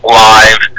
live